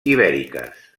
ibèriques